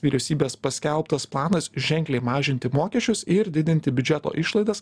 vyriausybės paskelbtas planas ženkliai mažinti mokesčius ir didinti biudžeto išlaidas